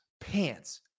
pants